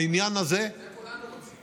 את זה כולנו רוצים.